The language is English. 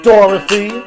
Dorothy